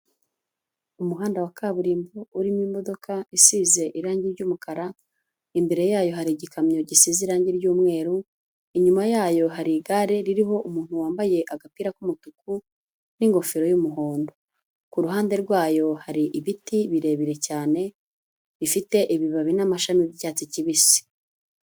Umuhanda wa kaburimbo urimo imodoka isize irangi ry'umukara, imbere yayo hari igikamyo gisize irangi ry'umweru, inyuma yayo hari igare ririho umuntu wambaye agapira k'umutuku n'ingofero y'umuhondo, ku ruhande rwayo hari ibiti birebire cyane bifite ibibabi n'amashami byatsi kibisi.